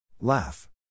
Laugh